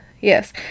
yes